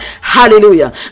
hallelujah